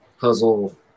puzzle